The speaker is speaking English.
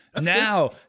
now